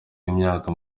w’imyaka